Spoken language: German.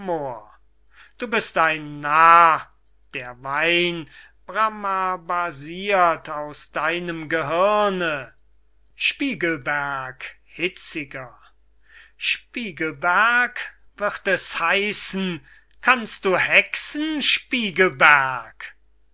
du bist ein narr der wein bramarbasirt aus deinem gehirne spiegelberg hitziger spiegelberg wird es heissen kannst du hexen spiegelberg